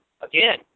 again